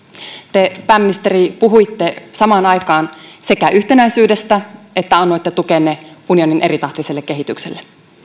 te pääministeri samaan aikaan sekä puhuitte yhtenäisyydestä että annoitte tukenne unionin eritahtiselle kehitykselle